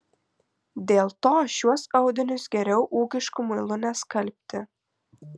dėl to šiuos audinius geriau ūkišku muilu neskalbti